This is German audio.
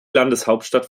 landeshauptstadt